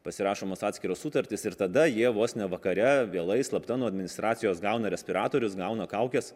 pasirašomos atskiros sutartys ir tada jie vos ne vakare vėlai slapta nuo administracijos gauna respiratorius gauna kaukes